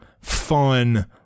fun